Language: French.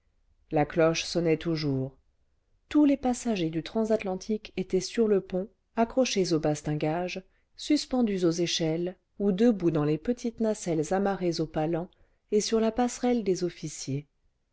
la cloche sonnait toujours tous les passagers du transatlantique étaient sur le pont accrochés aux bastingages suspendus aux échelles ou debout dans les petites nacelles amarrées aux palans et sur la passerelle des officiers